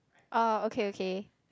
oh okay okay